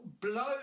blow